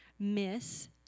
miss